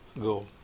go